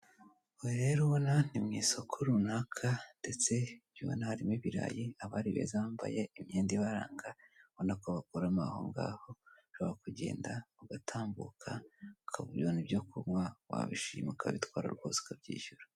Uyu rero ubona ni mu isoko runaka ndetse'narimo ibirayi abaribeeza bambaye imyenda ibaranga ubona ko bakoramo aho ngaho ushobora kugenda ugatambuka kabuyo ibyo kunywa wabishima ukabitwara rwose ukabyishyura.